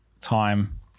time